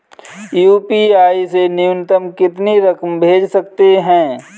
UPI से न्यूनतम कितनी रकम भेज सकते हैं?